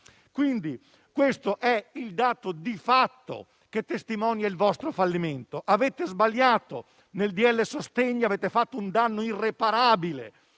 Questo è il dato di fatto che testimonia il vostro fallimento. Avete sbagliato. Nel decreto-legge sostegni avete fatto un danno irreparabile